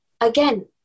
again